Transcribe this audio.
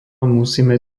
musíme